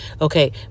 okay